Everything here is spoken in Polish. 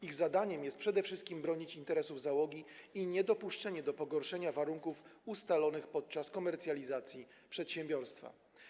Ich zadaniem jest przede wszystkim bronienie interesów załogi i niedopuszczenie do pogorszenia warunków ustalonych podczas komercjalizacji przedsiębiorstwa.